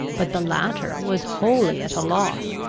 but the latter was wholly at a loss.